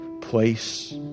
place